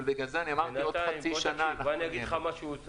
ובגלל זה אני אמרתי שעוד חצי שנה אנחנו נהיה --- תקשיב,